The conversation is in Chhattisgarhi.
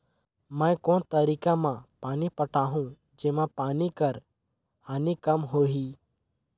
मैं कोन तरीका म पानी पटाहूं जेमा पानी कर हानि कम होही?